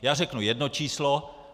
Já řeknu jedno číslo.